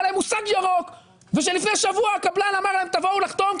להם מושג ירוק ושלפני שבוע הקבלן אמר להם: תבואו לחתום,